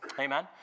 Amen